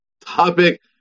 Topic